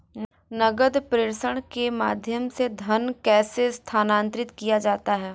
नकद प्रेषण के माध्यम से धन कैसे स्थानांतरित किया जाता है?